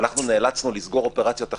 אנחנו נאלצנו לסגור אופרציות אחרות.